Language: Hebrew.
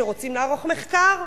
שרוצים לערוך מחקר.